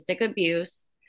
abuse